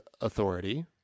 authority